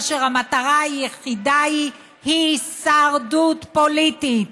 כאשר המטרה היחידה היא הישרדות פוליטית.